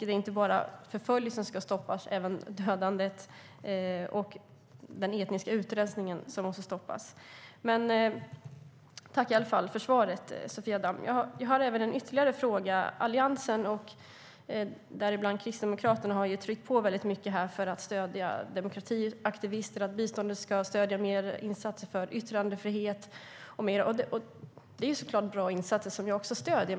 Det är inte bara förföljelsen som ska stoppas, utan även dödandet och den etniska utrensningen måste stoppas. Men tack i alla fall för svaret, Sofia Damm! Jag har en ytterligare fråga. Alliansen, däribland Kristdemokraterna, har tryckt på mycket här för att stödja demokratiaktivister och att man i biståndet mer ska stödja insatser för yttrandefrihet. Det är såklart bra insatser, som också jag stöder.